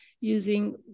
using